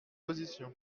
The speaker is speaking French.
position